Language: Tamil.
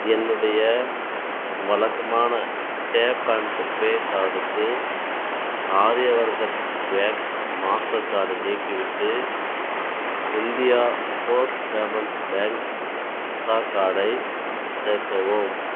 என்னுடைய வழக்கமான டேப் அண்ட் பே கார்ட்டுக்கு ஆரியவரத பேங்க் மாஸ்டர் கார்ட்டு நீக்கிவிட்டு India post payments bank Visa கார்டை சேர்க்கவும்